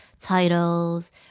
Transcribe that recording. titles